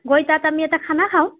গৈ তাত আমি এটা খানা খাওঁ